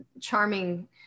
charming